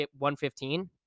115